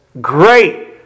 great